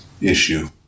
Issue